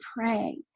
pray